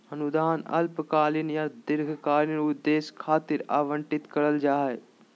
अनुदान अल्पकालिक या दीर्घकालिक उद्देश्य खातिर आवंतित करल जा हय